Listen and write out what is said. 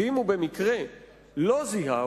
ואם הוא במקרה לא זיהה,